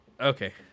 okay